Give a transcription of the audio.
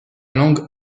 langue